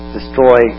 destroy